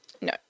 No